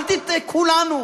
אל תטעה, כולנו.